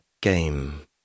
game